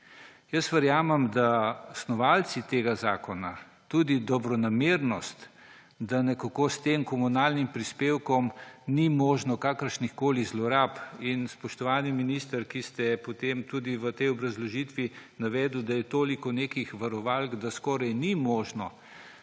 Jaz verjamem, da snovalci tega zakona, tudi dobronamernost, da nekako s tem komunalnim prispevkom niso možne kakršnekoli zlorabe. In spoštovani minister je potem tudi v tej obrazložitvi navedel, da je toliko nekih varovalk, da skoraj ni možno,